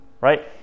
right